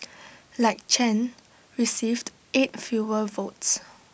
like Chen received eight fewer votes